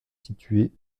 situé